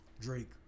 Drake